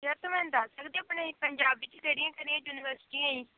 ਯਾਰ ਤੂੰ ਮੈਨੂੰ ਦੱਸ ਸਕਦੀ ਆਪਣੇ ਪੰਜਾਬ ਵਿੱਚ ਕਿਹੜੀਆਂ ਕਿਹੜੀਆਂ ਯੂਨੀਵਰਸਿਟੀਆਂ ਏ